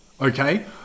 okay